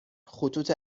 خطوط